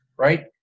Right